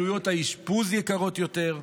עלויות האשפוז יקרות יותר,